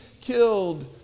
killed